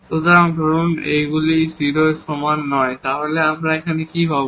সুতরাং ধরুন এই গুলি 0 এর সমান নয় তাহলে আমরা এখানে কি পাব